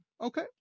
Okay